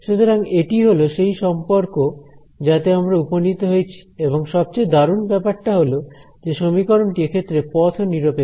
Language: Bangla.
সুতরাং এটি হলো সেই সম্পর্ক যাতে আমরা উপনীত হয়েছি এবং সবচেয়ে দারুণ ব্যাপারটা হল যে সমীকরণটি এক্ষেত্রে পথ নিরপেক্ষ